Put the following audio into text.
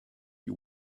you